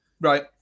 Right